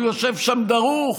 הוא יושב שם דרוך,